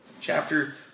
chapter